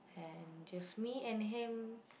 and just me and him